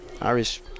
Irish